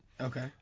Okay